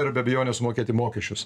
ir be abejonės sumokėti mokesčius